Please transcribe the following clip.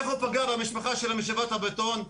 איך הוא פגע במשפחה של משאבת הבטון,